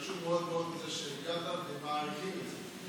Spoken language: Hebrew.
הם התרגשו מאוד מאוד מזה שהגעת והם מעריכים את זה.